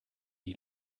die